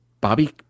bobby